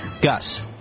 Gus